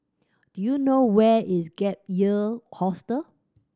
do you know where is Gap Year Hostel